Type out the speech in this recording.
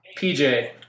PJ